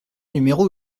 numéro